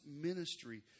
ministry